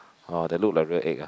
ah they looked like real egg ah